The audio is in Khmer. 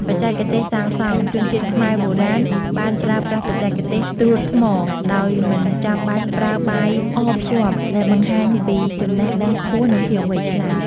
បច្ចេកទេសសាងសង់ ជនជាតិខ្មែរបុរាណបានប្រើប្រាស់បច្ចេកទេសត្រួតថ្ម ដោយមិនចាំបាច់ប្រើបាយអភ្ជាប់ ដែលបង្ហាញពីចំណេះដឹងខ្ពស់និងភាពវៃឆ្លាត។